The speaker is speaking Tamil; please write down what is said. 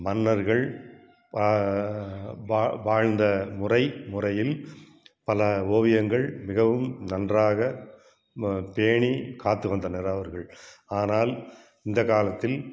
மன்னர்கள் பா பா பாழ்ந்த முறை முறையில் பல ஓவியங்கள் மிகவும் நன்றாக ம பேணிக் காத்து வந்தனர் அவர்கள் ஆனால் இந்தக் காலத்தில்